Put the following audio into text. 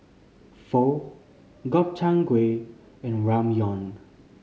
Pho Gobchang Gui and Ramyeon